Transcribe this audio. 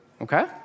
Okay